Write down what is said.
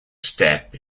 step